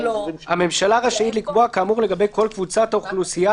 הממשלה רשאית לקבוע כאמור לגבי כל קבוצת האוכלוסייה